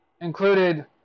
included